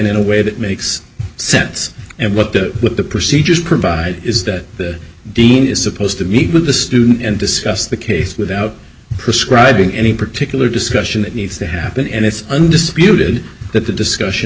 in a way that makes sense and what the procedures provide is that dean is supposed to meet with the student and discuss the case without prescribing any particular discussion needs to happen and it's undisputed that the discussion